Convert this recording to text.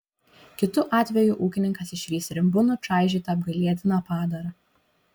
kitu atveju ūkininkas išvys rimbu nučaižytą apgailėtiną padarą